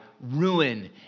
ruin